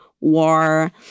war